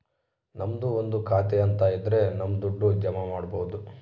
ನಮ್ದು ಒಂದು ಖಾತೆ ಅಂತ ಇದ್ರ ನಮ್ ದುಡ್ಡು ಜಮ ಮಾಡ್ಬೋದು